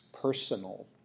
personal